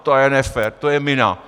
To je nefér, to je mina.